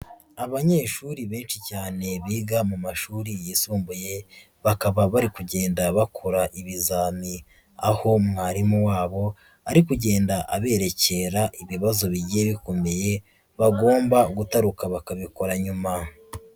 Abanyeshuri benshi cyane biga mu mashuri yisumbuye, bakaba bari kugenda bakora ibizami, aho mwarimu wabo ari kugenda aberekera ibibazo bigiye bikomeye, bagomba gutaruka bakabikora nyuma.